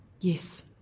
Yes